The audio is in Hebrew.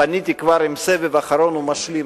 פניתי כבר עם סבב אחרון ומשלים,